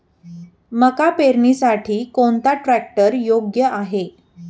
मका पेरणीसाठी कोणता ट्रॅक्टर योग्य आहे?